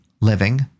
living